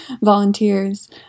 volunteers